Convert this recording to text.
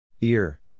Ear